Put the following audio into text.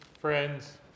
friends